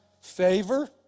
favor